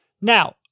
Now